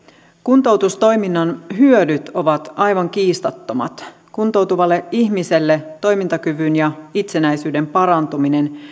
kuntoutustoiminnan hyödyt ovat aivan kiistattomat kuntoutuvalle ihmiselle toimintakyvyn ja itsenäisyyden parantuminen